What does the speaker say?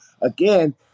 again